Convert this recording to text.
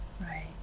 Right